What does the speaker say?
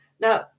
Now